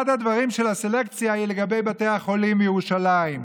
אחד הדברים של הסלקציה הוא לגבי בתי החולים בירושלים.